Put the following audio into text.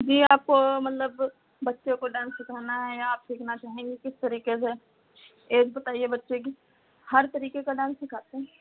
जी आपको मतलब बच्चे को डांस सिखाना है या आप सीखना चाहेंगी किस तरीके से ऐज बताईए बच्चे की हर तरीके का डांस सिखाते हैं